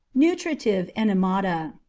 nutritive enemata.